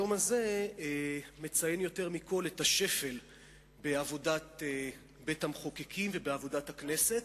היום הזה מציין יותר מכול את השפל בעבודת בית-המחוקקים ובעבודת הכנסת,